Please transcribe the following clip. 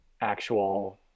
actual